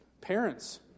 Parents